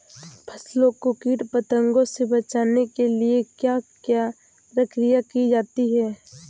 फसलों को कीट पतंगों से बचाने के लिए क्या क्या प्रकिर्या की जाती है?